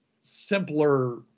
simpler